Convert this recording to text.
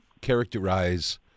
characterize